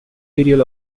ariel